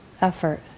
effort